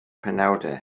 penawdau